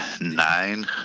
Nine